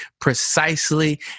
Precisely